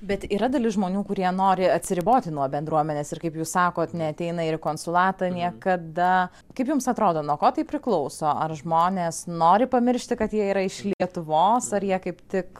bet yra dalis žmonių kurie nori atsiriboti nuo bendruomenės ir kaip jūs sakot neateina ir į konsulatą niekada kaip jums atrodo nuo ko tai priklauso ar žmonės nori pamiršti kad jie yra iš lietuvos ar jie kaip tik